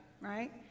right